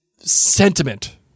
sentiment